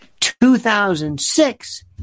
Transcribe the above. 2006